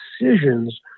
decisions